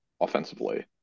offensively